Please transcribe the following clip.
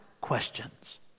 questions